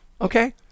Okay